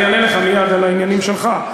אני אענה לך מייד על העניינים שלך,